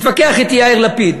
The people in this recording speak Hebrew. התווכח אתי יאיר לפיד.